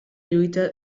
lluita